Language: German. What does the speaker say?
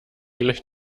gleich